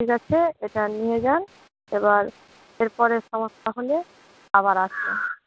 ঠিক আছে এটা নিয়ে যান এবার এরপরে সমস্যা হলে আবার আসবেন